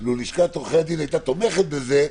לו לשכת עורכי הדין היתה תומכת בזה,